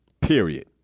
period